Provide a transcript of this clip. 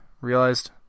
Realized